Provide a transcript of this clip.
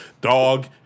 dog